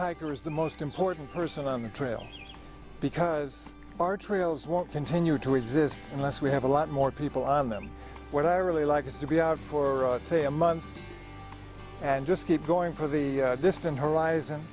hikers the most important person on the trail because our trails won't continue to exist unless we have a lot more people on them what i really like is to be out for say a month and just keep going for the distant horizon